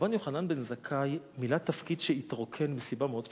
רבן יוחנן בן זכאי מילא תפקיד שהתרוקן מסיבה מאוד פשוטה: